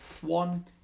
One